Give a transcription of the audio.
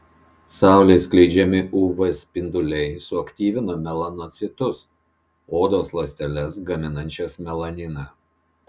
saulės skleidžiami uv spinduliai suaktyvina melanocitus odos ląsteles gaminančias melaniną